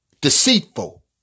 deceitful